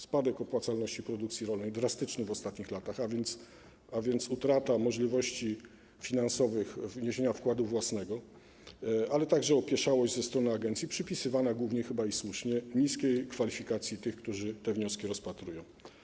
Spadek opłacalności produkcji rolnej, drastyczny w ostatnich latach, a więc utrata możliwości finansowych w zakresie wniesienia wkładu własnego, ale także opieszałość ze strony agencji, przypisywana głównie i chyba słusznie niskiej kwalifikacji tych, którzy te wnioski rozpatrują.